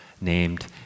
named